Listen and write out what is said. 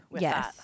Yes